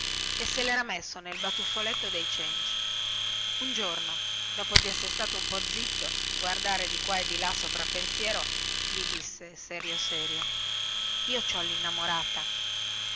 e se lera messo nel batuffoletto dei cenci un giorno dopo di esser stato un po zitto a guardare di quà e di là soprappensiero gli disse serio serio io ci ho linnamorata